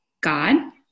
God